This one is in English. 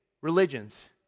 religions